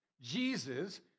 Jesus